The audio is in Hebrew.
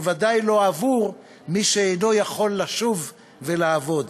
ובוודאי לא עבור מי שאינו יכול לשוב ולעבוד,